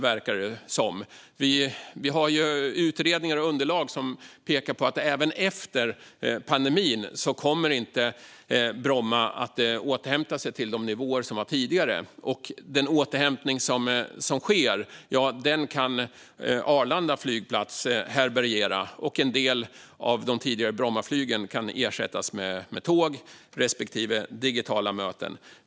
Vi har ju utredningar och underlag som pekar på att även efter pandemin kommer Bromma inte att återhämta sig till de nivåer som var tidigare. Den återhämtning som ändå sker kan Arlanda flygplats härbärgera, och en del av de tidigare Brommaflygen kan ersättas med tåg respektive digitala möten.